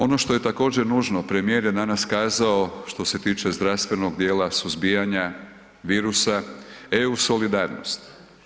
Ono što je također nužno, premijer je danas kazao što se tiče zdravstvenog djela, suzbijanja, EU solidarnost.